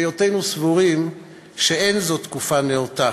בהיותנו סבורים שאין זו תקופה נאותה